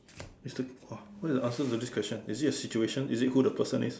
is the !wah! what's the answer to this question is it a situation is it who the person is